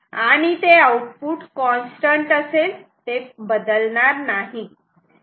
आणि ते output constant असेल ते बदलणार नाही